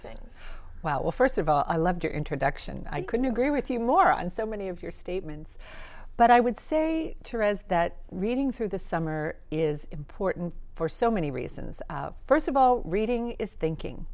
things well first of all i loved your introduction and i couldn't agree with you more on so many of your statements but i would say that reading through the summer is important for so many reasons first of all reading is thinking